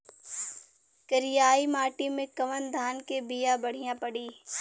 करियाई माटी मे कवन धान के बिया बढ़ियां पड़ी?